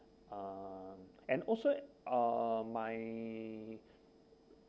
um and also uh my